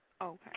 Okay